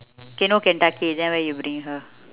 okay no kentucky then where you bring her